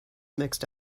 mixed